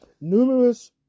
Numerous